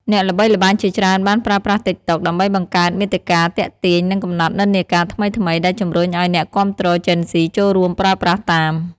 អ្នកល្បីល្បាញជាច្រើនបានប្រើប្រាស់តិកតុក ដើម្បីបង្កើតមាតិកាទាក់ទាញ និងកំណត់និន្នាការថ្មីៗ ដែលជំរុញឱ្យអ្នកគាំទ្រជេនហ្ស៊ីចូលរួមប្រើប្រាស់តាម។